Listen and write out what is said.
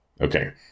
Okay